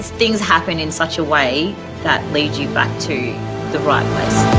things happen in such a way that lead you back to the right place.